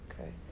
okay